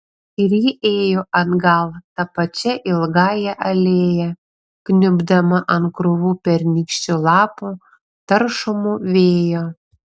ir ji ėjo atgal ta pačia ilgąja alėja kniubdama ant krūvų pernykščių lapų taršomų vėjo